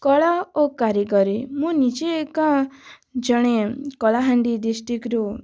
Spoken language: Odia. କଳା ଓ କାରିଗରୀ ମୁଁ ନିଜେ ଏକା ଜଣେ କଳାହାଣ୍ଡି ଡିଷ୍ଟ୍ରିକ୍ଟରୁ